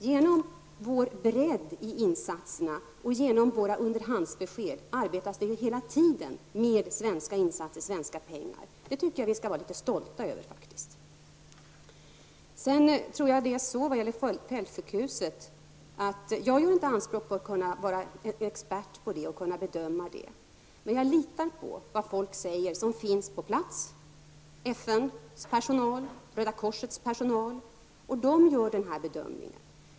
Genom vår bredd i insatserna och genom våra underhandsbesked arbetas det hela tiden med svenska insatser, svenska pengar. Det tycker jag faktiskt att vi skall vara litet stolta över. Jag gör inte anspråk på att vara expert på fältsjukhus och kunna bedöma det, men jag litar på vad folk som finns på plats säger -- FNs och Röda korsets personal. De gör den här bedömningen.